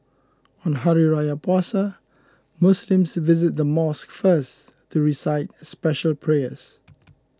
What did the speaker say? on Hari Raya Puasa Muslims visit the mosque first to recite special prayers